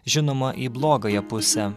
žinoma į blogąją pusę